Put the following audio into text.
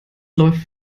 läuft